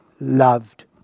Loved